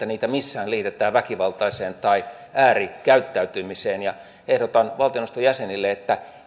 niitä missään liitetään väkivaltaiseen tai äärikäyttäytymiseen ehdotan valtioneuvoston jäsenille että